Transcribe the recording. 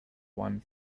one